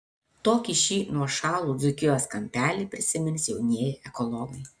tokį šį nuošalų dzūkijos kampelį prisimins jaunieji ekologai